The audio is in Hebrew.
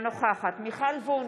אינה נוכחת מיכל וונש,